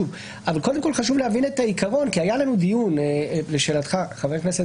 שחשוב להבין את העיקרון כי היה לנו דיון לשאלתך חבר הכנסת